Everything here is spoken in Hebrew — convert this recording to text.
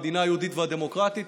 המדינה היהודית והדמוקרטית,